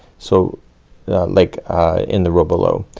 so, ah like in the row below.